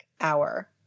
hour